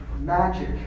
magic